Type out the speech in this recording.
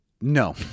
No